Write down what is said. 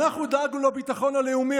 אנחנו דאגנו לביטחון הלאומי,